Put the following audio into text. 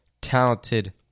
talented